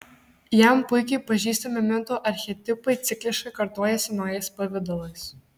jam puikiai pažįstami mito archetipai cikliškai kartojasi naujais pavidalais